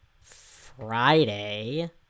Friday